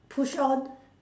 push on